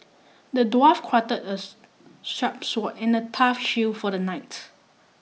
the dwarf crafted as sharp sword and a tough shield for the knight